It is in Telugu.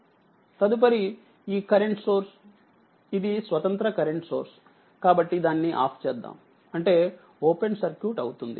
తదుపరిఈకరెంట్ సోర్స్ ఇది స్వతంత్ర కరెంట్ సోర్స్కాబట్టి దాన్ని ఆఫ్ చేద్దాం అంటే ఓపెన్ సర్క్యూట్ అవుతుంది